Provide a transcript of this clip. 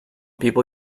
people